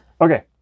Okay